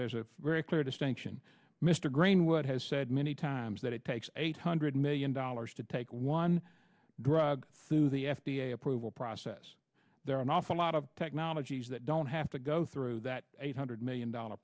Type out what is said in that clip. there's a very clear distinction mr greenwood has said many times that it takes eight hundred million dollars to take one drug through the f d a approval process there are an awful lot of technologies that don't have to go through that eight hundred million dollar